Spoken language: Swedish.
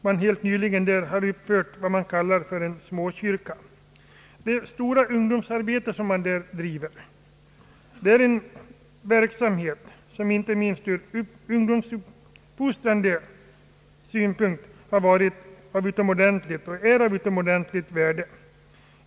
Där har nämligen uppförts en s.k. småkyrka, och det stora ungdomsarbete som bedrivs där har varit och är inte minst ur ungdomsfostrande synpunkt av utomordentligt värde.